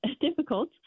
difficult